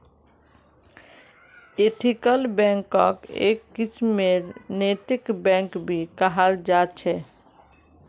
ethical बैंकक् एक किस्मेर नैतिक बैंक भी कहाल जा छे